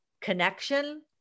connection